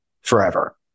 forever